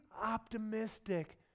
optimistic